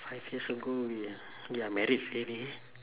five years ago we we are married already